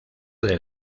del